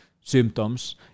symptoms